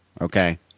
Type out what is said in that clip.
Okay